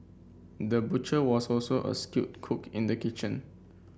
the butcher was also a skilled cook in the kitchen